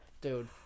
Dude